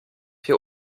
wir